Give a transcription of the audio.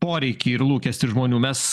poreikį ir lūkestį žmonių mes